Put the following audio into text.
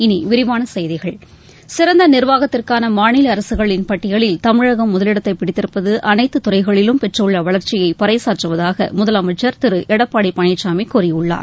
இனி விரிவான செய்திகள் சிறந்த நிர்வாகத்திற்கான மாநில அரசுகளின் பட்டியலில் தமிழகம் முதலிடத்தை பிடித்திருப்பது அனைத்துத்துறைகளிலும் பெற்றுள்ள வளர்ச்சியை பறைசாற்றுவதாக முதலமைச்சர் திரு எடப்பாடி பழனிசாமி கூறியுள்ளார்